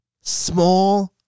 small